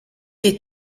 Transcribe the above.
des